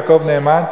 יעקב נאמן,